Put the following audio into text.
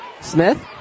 Smith